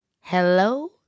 Hello